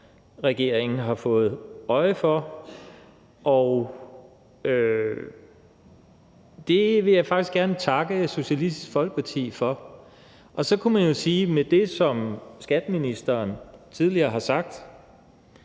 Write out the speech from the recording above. regeringen har fået øjnene op for. Det vil jeg faktisk gerne takke Socialistisk Folkeparti for. Så kunne man sige, at med det, som skatteministeren tidligere har sagt,